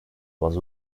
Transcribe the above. was